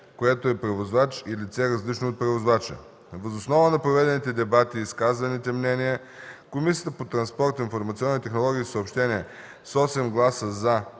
което е превозвач и лице, различно от превозвача. Въз основа на проведените дебати и изказаните мнения Комисията по транспорт, информационни технологии и съобщения с 8 гласа